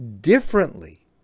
differently